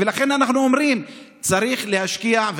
ולכן, אנחנו אומרים שצריך להשקיע.